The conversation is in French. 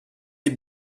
des